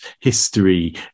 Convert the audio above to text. history